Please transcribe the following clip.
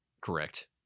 Correct